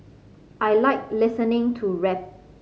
I like listening to rap